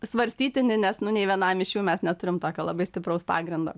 svarstytini nes nu nei vienam iš jų mes neturim tokio labai stipraus pagrindo